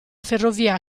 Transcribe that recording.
ferrovia